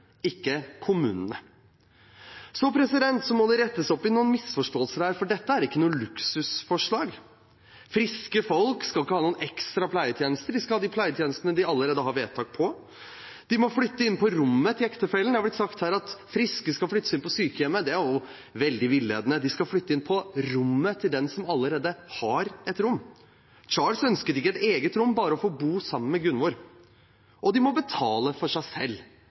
ikke kommunene. Det må rettes opp i noen misforståelser her, for dette er ikke noe luksusforslag. Friske folk skal ikke ha noen ekstra pleietjenester. De skal ha de pleietjenestene de allerede har vedtak om. De må flytte inn på rommet til ektefellen. Det er blitt sagt her at friske skal flyttes inn på sykehjemmet – det er veldig villedende. De skal flyttes inn på rommet til den som allerede har et rom. Charles ønsket ikke et eget rom, bare å få bo sammen med Gunvor. Og de må betale for seg selv,